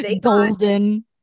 golden